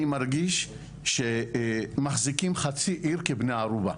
אני מרגיש שמחזיקים חצי עיר כבני ערובה.